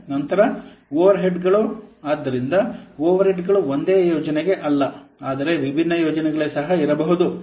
ನಂತರ ಓವರ್ಹೆಡ್ಗಳು ಆದ್ದರಿಂದ ಓವರ್ ಹೆಡ್ಗಳು ಒಂದೇ ಯೋಜನೆಗೆ ಅಲ್ಲ ಆದರೆ ವಿಭಿನ್ನ ಯೋಜನೆಗಳಿಗೆ ಸಹ ಇರಬಹುದು